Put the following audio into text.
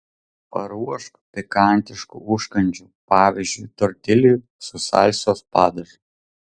paruošk pikantiškų užkandžių pavyzdžiui tortiljų su salsos padažu